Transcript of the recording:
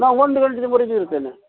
ನಾವು ಒಂದು ಗಂಟಿವರೆಗೆ ಇರ್ತೇನೆ